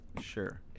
sure